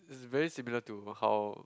is very similar to how